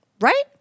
Right